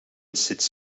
sits